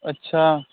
ਅੱਛਾ